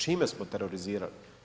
Čime smo terorizirali?